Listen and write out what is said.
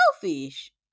selfish